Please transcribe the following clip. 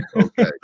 Okay